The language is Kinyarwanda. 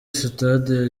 sitade